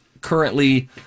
currently